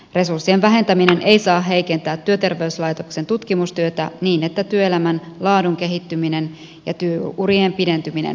resurssien vähentäminen ei saa heikentää työterveyslaitoksen tutkimustyötä niin että työelämän laadun kehittyminen ja työurien pidentyminen vaarantuu